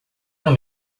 não